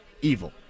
evil